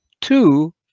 two